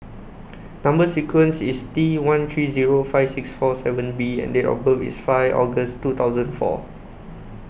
Number sequence IS T one three Zero five six four seven B and Date of birth IS five August two thousand and four